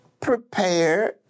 prepared